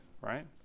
right